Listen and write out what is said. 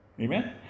Amen